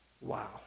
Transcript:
Wow